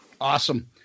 Awesome